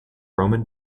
roman